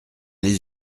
les